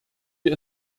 wir